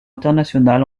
international